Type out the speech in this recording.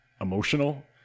emotional